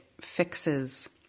fixes